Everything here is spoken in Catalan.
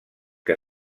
que